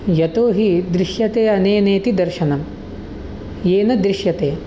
यतोहि दृश्यते अनेन इति दर्शनं येन दृश्यते